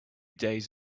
days